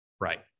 Right